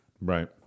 Right